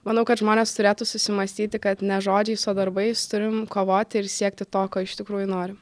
manau kad žmonės turėtų susimąstyti kad ne žodžiais o darbais turim kovoti ir siekti to ko iš tikrųjų norim